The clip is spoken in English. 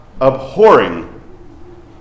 abhorring